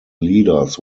leaders